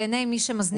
בעייני מי שמזניק אותם,